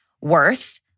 worth